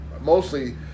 mostly